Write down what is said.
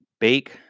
bake